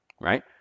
right